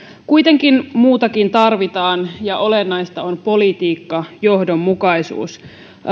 kuitenkin muutakin tarvitaan ja olennaista on politiikkajohdonmukaisuus